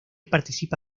participa